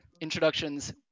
introductions